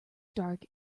dark